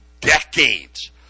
decades